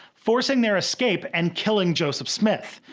forcing their escape, and killing joseph smith,